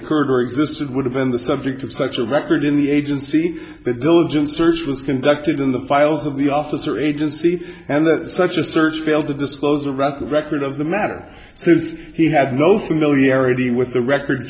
occurred or existed would have been the subject of such a record in the agency that diligence search was conducted in the files of the officer agency and that such a search failed to disclose the rock record of the matter so he had no familiarity with the record